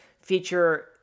feature